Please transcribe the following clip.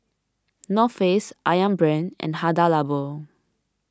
North Face Ayam Brand and Hada Labo